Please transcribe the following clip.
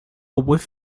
whiff